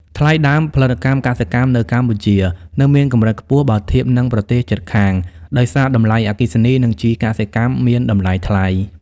ថ្លៃដើមផលិតកម្មកសិកម្មនៅកម្ពុជានៅមានកម្រិតខ្ពស់ បើធៀបនឹងប្រទេសជិតខាង ដោយសារតម្លៃអគ្គិសនី និងជីកសិកម្មមានតម្លៃថ្លៃ។